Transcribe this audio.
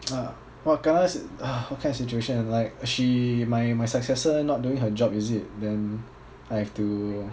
!wah! kena what kind of situation like she my my successor not doing her job is it then I have to